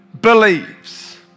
believes